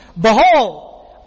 Behold